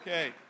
Okay